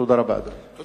תודה רבה, אדוני.